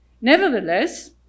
Nevertheless